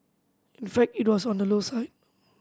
in fact it was on the low side